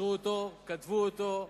אישרו אותו, כתבו אותו,